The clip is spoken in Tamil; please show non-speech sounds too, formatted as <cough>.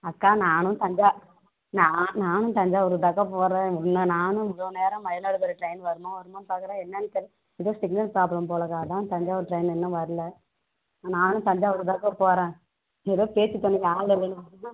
அக்கா நானும் தஞ்சை நானும் நானும் தஞ்சாவூர் தான்க்கா போகிறேன் நானும் இவ்வளோ நேரம் மயிலாடுதுறை ட்ரெயின் வருமா வருமான்னு பாக்கிறேன் என்னன்னு தெரில ஏதோ சிக்னல் பிராப்ளம் போலக்கா அதான் தஞ்சாவூர் ட்ரெயின் இன்னும் வரல நானும் தஞ்சாவூர் தான்க்கா போகிறேன் ஏதோ பேச்சுத்துணைக்கு ஆள் இல்லைன்னு <unintelligible>